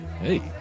Hey